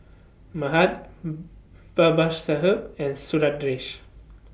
Mahade Babasaheb and Sundaresh